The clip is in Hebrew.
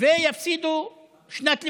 ויפסידו שנת לימודים.